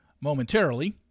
momentarily